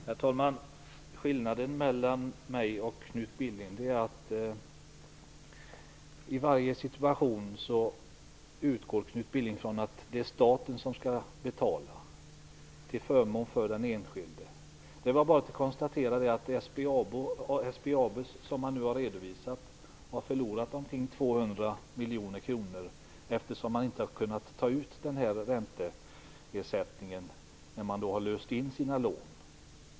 Herr talman! Skillnaden mellan mig och Knut Billing är att han i varje situation utgår från att staten skall betala till förmån för den enskilde. Det är bara att konstatera att SBAB har förlorat omkring 200 miljoner kronor, eftersom man inte har kunnat ta ut ränteersättning vid inlösen av lån.